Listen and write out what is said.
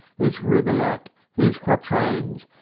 these rubaiyat, these quatrains,